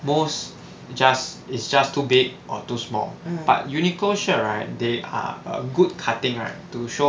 most just is just too big or too small but UNIQLO shirt right they are a good cutting right to show off